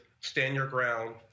stand-your-ground